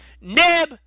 Neb